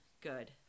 Good